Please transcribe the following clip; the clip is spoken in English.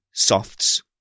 softs